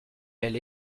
elle